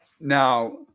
now